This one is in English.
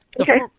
Okay